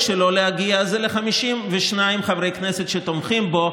שלו להגיע זה ל-52 חברי כנסת שתומכים בו,